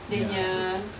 dia punya